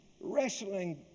Wrestling